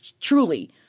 truly